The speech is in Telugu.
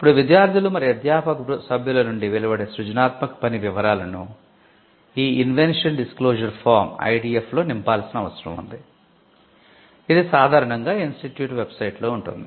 ఇప్పుడు విద్యార్థులు మరియు అధ్యాపక సభ్యుల నుండి వెలువడే సృజనాత్మక పని వివరాలను ఈ ఐడిఎఫ్ లో నింపాల్సిన అవసరం ఉంది ఇది సాధారణంగా ఇన్స్టిట్యూట్ వెబ్సైట్లో ఉంటుంది